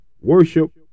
Worship